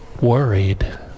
worried